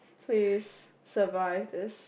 please survive this